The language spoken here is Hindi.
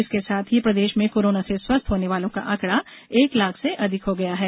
इसके साथ ही प्रदेश में कोरोना से स्वस्थ होने वालो का आंकड़ा एक लाख से अधिक हो गया है